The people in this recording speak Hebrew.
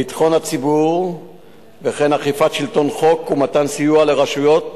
ביטחון הציבור וכן אכיפת שלטון החוק ומתן סיוע לרשויות